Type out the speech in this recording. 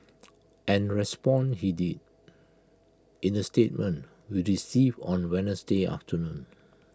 and respond he did in A statement we received on Wednesday afternoon